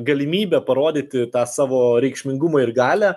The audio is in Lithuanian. galimybė parodyti tą savo reikšmingumą ir galią